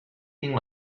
tinc